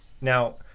Now